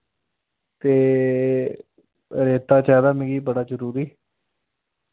ते रेता चाहिदा मिगी बड़ा जरूरी